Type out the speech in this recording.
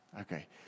Okay